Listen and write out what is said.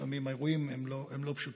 לפעמים האירועים הם לא פשוטים.